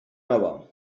nova